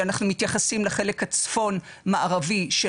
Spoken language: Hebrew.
שאנחנו מתייחסים לחלק הצפון מערבי של